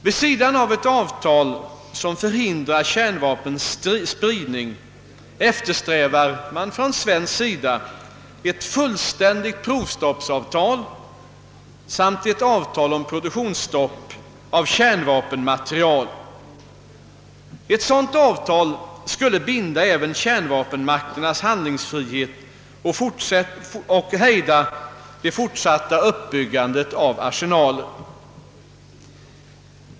Vid sidan av ett avtal som hindrar kärnvapenspridning eftersträvar man från svensk sida ett fullständigt provstoppsavtal samt ett avtal om produktionsstopp för kärnvapenmaterial. Ett sådant avtal skulle binda även kärnvapenmakternas handlingsfrihet och hejda det fortsatta uppbyggandet av arsenaler.